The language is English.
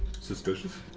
Suspicious